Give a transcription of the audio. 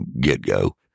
get-go